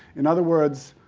in other words,